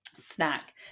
snack